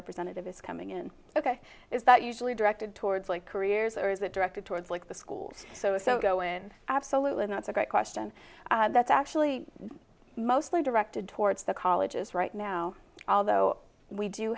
representative is coming in ok is that usually directed towards like careers or is that directed towards like the schools so so go in absolutely and that's a great question that's actually mostly directed towards the colleges right now although we do